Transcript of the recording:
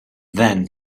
then